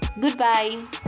Goodbye